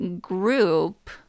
group